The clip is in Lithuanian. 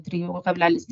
trijų kablelis